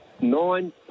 Nine